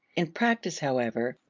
in practice, however,